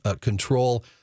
control